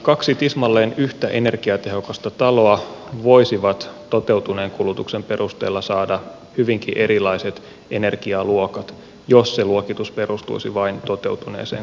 kaksi tismalleen yhtä energiatehokasta taloa voisivat toteutuneen kulutuksen perusteella saada hyvinkin erilaiset energialuokat jos se luokitus perustuisi vain toteutuneeseen kulutukseen